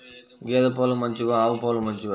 గేద పాలు మంచివా ఆవు పాలు మంచివా?